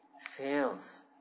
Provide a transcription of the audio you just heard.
fails